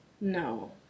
No